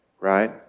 Right